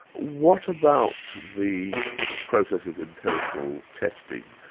what about the process of empirical testing?